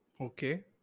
Okay